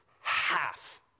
half